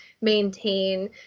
maintain